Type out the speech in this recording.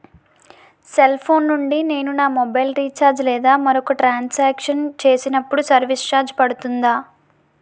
Cell phone నుండి నేను నా మొబైల్ రీఛార్జ్ లేదా మరొక ట్రాన్ సాంక్షన్ చేసినప్పుడు సర్విస్ ఛార్జ్ పడుతుందా?